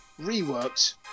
reworked